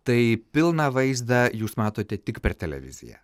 tai pilną vaizdą jūs matote tik per televiziją